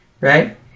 right